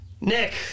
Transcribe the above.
Nick